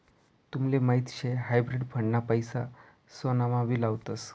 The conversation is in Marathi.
तुमले माहीत शे हायब्रिड फंड ना पैसा सोनामा भी लावतस